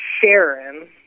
Sharon